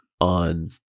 on